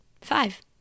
five